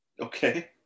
Okay